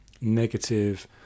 negative